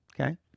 okay